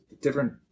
different